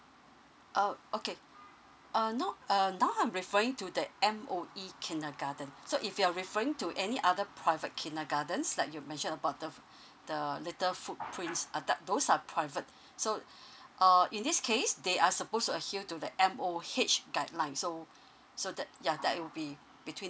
oh okay uh no uh now I'm referring to the M_O_E kindergarten so if you're referring to any other private kindergartens like you mention about the the litter footprints uh that those are private so err in this case they are supposed to adhere to the M_O_H guideline so so that ya that will be between